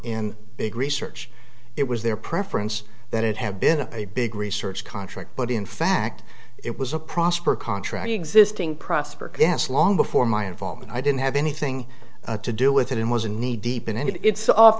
in big research it was their preference that it had been a big research contract but in fact it was a prosper contract existing prosper against long before my involvement i didn't have anything to do with it and was in need deep in any of it's off